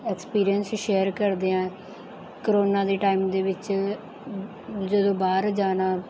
experience share ਕਰਦੇ ਹਾਂ corona ਦੇ ਟਾਈਮ ਦੇ ਵਿੱਚ ਜਦੋਂ ਬਾਹਰ ਜਾਣਾ